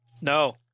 No